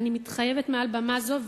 ואני מתחייבת מעל במה זו,